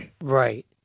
Right